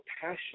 passion